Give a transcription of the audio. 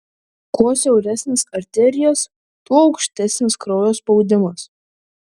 kuo siauresnės arterijos tuo aukštesnis kraujo spaudimas